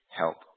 help